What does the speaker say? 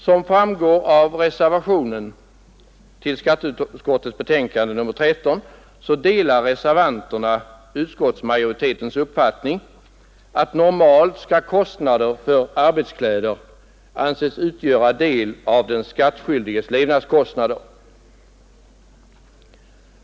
Som framgår av reservationen till skatteutskottets betänkande nr 13 delar reservanterna utskottsmajoritetens uppfattning att kostnaden för arbetskläder normalt skall anses utgöra del av den skattskyldiges levnadskostnader.